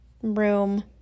room